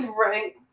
Right